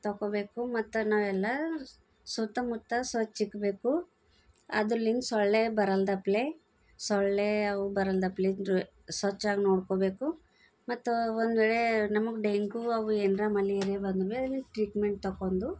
ತಗೋಬೇಕು ಮತ್ತು ನಾವೆಲ್ಲ ಸ್ ಸುತ್ತಮುತ್ತ ಸ್ವಚ್ಛ ಇಡ್ಬೇಕು ಅದಲಿಂದ ಸೊಳ್ಳೆ ಬರಲ್ದಪ್ಲೆ ಸೊಳ್ಳೆ ಅವು ಬರಲ್ದಪ್ಲೆ ಸ್ವಚ್ಛಾಗಿ ನೋಡ್ಕೋಬೇಕು ಮತ್ತು ಒಂದು ವೇಳೆ ನಮಗ್ ಡೆಂಗೂ ಅವು ಏನಾರ ಮಲೇರಿಯಾ ಬಂದ ಮೇಲೆ ಟ್ರೀಟ್ಮೆಂಟ್ ತಕೊಂಡು